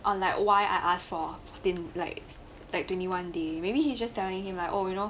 unlike why I ask for thing like that twenty one day maybe he just telling him like orh you know